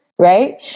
Right